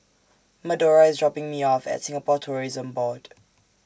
Medora IS dropping Me off At Singapore Tourism Board